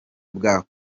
bwa